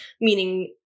meaning